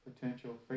potential